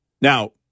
Now